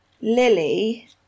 Lily